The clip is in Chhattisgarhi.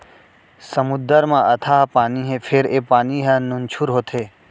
समुद्दर म अथाह पानी हे फेर ए पानी ह नुनझुर होथे